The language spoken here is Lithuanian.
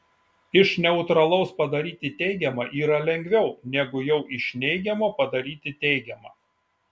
iš neutralaus padaryti teigiamą yra lengviau negu jau iš neigiamo padaryti teigiamą